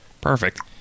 Perfect